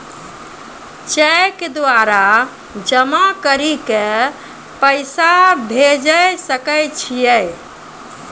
Cheque द्वारा जमा करि के पैसा भेजै सकय छियै?